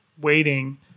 waiting